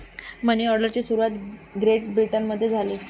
मनी ऑर्डरची सुरुवात ग्रेट ब्रिटनमध्ये झाली